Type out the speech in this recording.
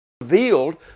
revealed